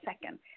second